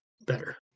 better